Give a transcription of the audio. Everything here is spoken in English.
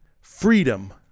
freedom